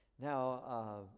Now